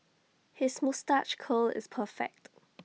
his moustache curl is perfect